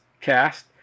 cast